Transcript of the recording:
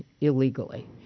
illegally